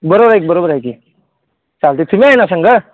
बरोबर हाय की बरोबर हाय की चालत आहे तुम्ही आहे ना संगं